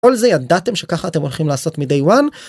כל זה ידעתם שככה אתם הולכים לעשות מדיי ואן.